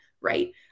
right